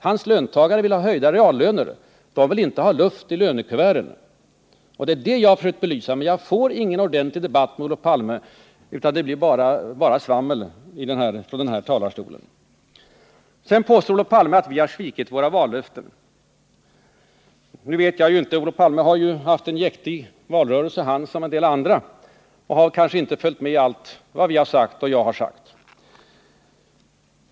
Hans löntagare vill ha höjda reallöner. De vill inte ha luft i lönekuverten. Det är det jag har försökt belysa, men jag får ingen sakdebatt med Olof Palme, utan det blir bara svammel från denna talarstol. Olof Palme påstod att vi moderater har svikit våra vallöften. Olof Palme har ju som alla andra haft en jäktig valrörelse och har kanske inte följt med i allt vad jag har sagt.